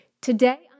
Today